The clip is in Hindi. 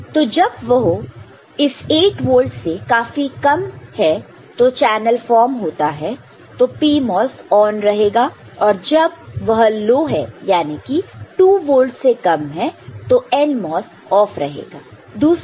तो जब वह जो है इस 8 वोल्ट से काफी कम तो चैनल फॉर्म होता है तो PMOS ऑन रहेगा और जब वह लो है याने की 2 वोल्ट से कम तो NMOS ऑफ रहेगा